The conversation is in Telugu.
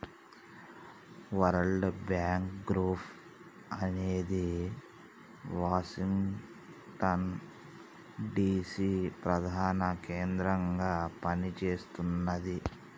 వరల్డ్ బ్యాంక్ గ్రూప్ అనేది వాషింగ్టన్ డిసి ప్రధాన కేంద్రంగా పనిచేస్తున్నది